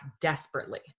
desperately